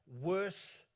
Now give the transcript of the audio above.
worse